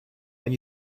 and